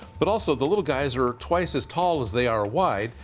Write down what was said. but also the little guys are twice as tall as they are wide,